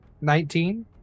Nineteen